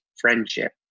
friendship